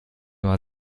mal